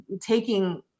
taking